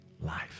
Life